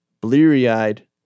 bleary-eyed